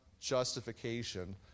justification